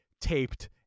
taped